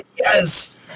yes